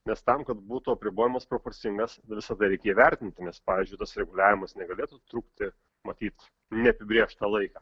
nes tam kad būtų apribojamas proporcingas visada reikia įvertinti nes pavyzdžiui tas reguliavimas negalėtų trukti matyt neapibrėžtą laiką